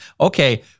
Okay